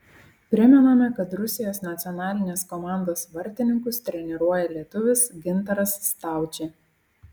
primename kad rusijos nacionalinės komandos vartininkus treniruoja lietuvis gintaras staučė